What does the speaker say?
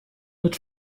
mit